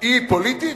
היא פוליטית?